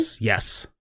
Yes